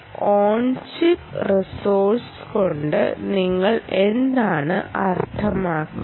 on chip resource കൊണ്ട് നിങ്ങൾ എന്താണ് അർത്ഥമാക്കുന്നത്